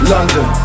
London